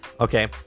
Okay